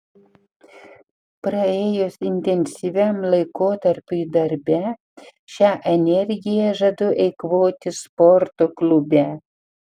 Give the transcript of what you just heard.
praėjus intensyviam laikotarpiui darbe šią energiją žadu eikvoti sporto klube